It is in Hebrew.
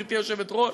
גברתי היושבת-ראש,